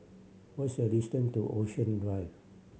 what's the distance to Ocean Drive